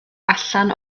allan